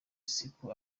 siko